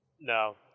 No